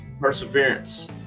perseverance